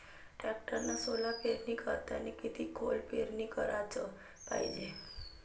टॅक्टरनं सोला पेरनी करतांनी किती खोल पेरनी कराच पायजे?